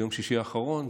ביום שישי האחרון,